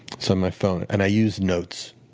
so my phone, and i use notes,